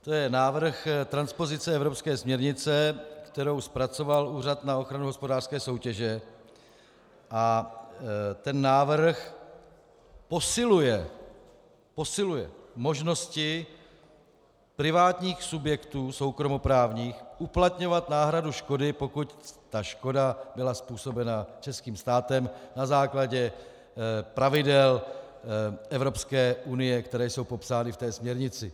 To je návrh transpozice evropské směrnice, kterou zpracoval Úřad na ochranu hospodářské soutěže, a ten návrh posiluje posiluje možnosti privátních subjektů soukromoprávních uplatňovat náhradu škody, pokud ta škoda byla způsobena českým státem, na základě pravidel EU, která jsou popsány v té směrnici.